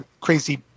crazy